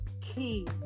key